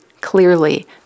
clearly